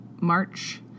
March